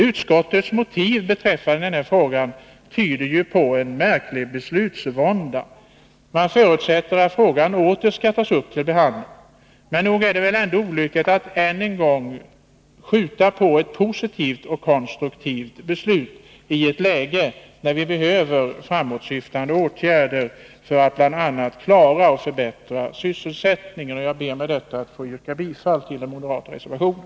Utskottets motiv beträffande denna fråga tyder på en märklig beslutsvånda. Man förutsätter att frågan åter skall tas upp till behandling. Men nog är det olyckligt att ännu en gång skjuta på ett positivt och konstruktivt beslut i ett läge när vi behöver framåtsyftande åtgärder. Jag ber med detta att få yrka bifall till den moderata reservationen.